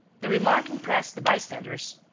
the remark impressed the bystanders.